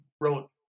wrote